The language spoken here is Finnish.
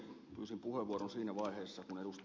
pyysin puheenvuoron siinä vaiheessa kun ed